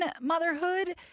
motherhood